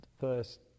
first